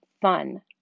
fun